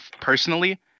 personally